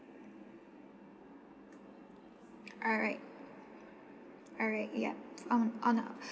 alright alright yup um on our